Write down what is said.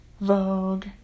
Vogue